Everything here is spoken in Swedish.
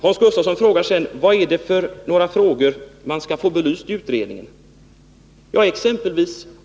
Hans Gustafsson undrade vilka frågor man skall få belysta i en utredning.